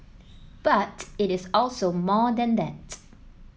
but it is also more than that